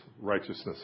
righteousness